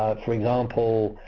for example,